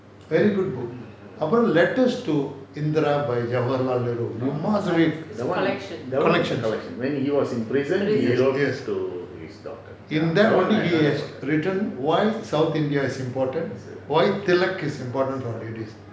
very good book அப்புறோம்:appurom letters to indira by jawaharlal nehru you must read collection yes in that book he has written why south india is important why south india is important